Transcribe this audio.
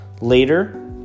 later